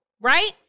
right